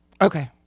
Okay